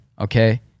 Okay